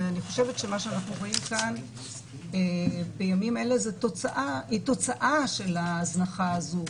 אני חושבת שמה שאנחנו רואים כאן בימים אלה זה תוצאה של ההזנחה הזו,